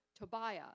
Tobiah